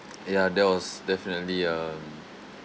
ya that was definitely um